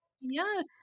Yes